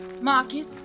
Marcus